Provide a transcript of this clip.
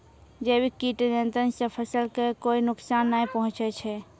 जैविक कीट नियंत्रण सॅ फसल कॅ कोय नुकसान नाय पहुँचै छै